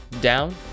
down